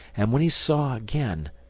and when he saw again,